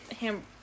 ham